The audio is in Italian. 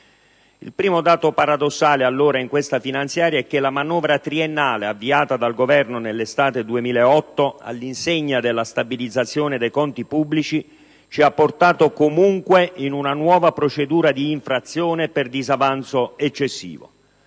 Il primo dato paradossale, allora, in questa finanziaria è che la manovra triennale avviata dal Governo nell'estate 2008, all'insegna della stabilizzazione dei conti pubblici, ci ha portato comunque in una nuova procedura d'infrazione per disavanzo eccessivo.